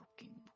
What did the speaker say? looking